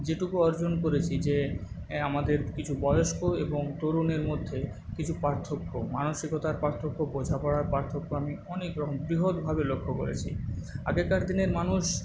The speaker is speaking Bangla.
যেটুকু অর্জন করেছি যে আমাদের কিছু বয়স্ক এবং তরুণের মধ্যে কিছু পার্থক্য মানসিকতার পার্থক্য বোঝাপড়ার পার্থক্য আমি অনেকরকম বৃহৎভাবে লক্ষ্য করেছি আগেরকার দিনের মানুষ